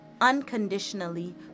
unconditionally